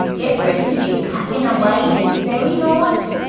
get ready to be packing away this very night,